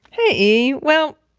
hey, e. well,